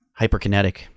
hyperkinetic